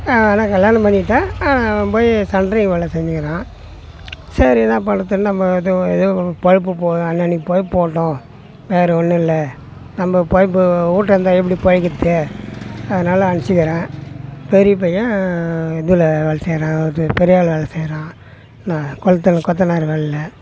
ஆனால் கல்யாணம் பண்ணிக்கிட்டான் அவன் போய் சன்ட்ரிங் வேலை செஞ்சுக்கிறான் சரி என்ன பண்ணுறதுன்னு நம்ம இது எதுவும் பொழப்பு போ அன்னன்னைக்கு புலப்பு போகடும் வேறு ஒன்றும் இல்லை நம்ம பொழப்பு வீட்ல இருந்தால் எப்படி பொழைக்கிறது அதனால அனுப்புச்சிக்குறேன் பெரிய பையனை இதில் வேலை செய்கிறான் இது பெரியாள்ல வேலை செய்கிறான் என்ன குழத்த கொத்தனார் வேலையில்